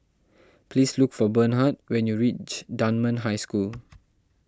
please look for Bernhard when you reach Dunman High School